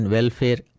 Welfare